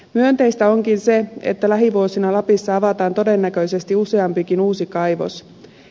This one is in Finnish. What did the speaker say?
myönteistä onkin se että lähivuosina lapissa avataan todennäköisesti useampikin uusi kaivos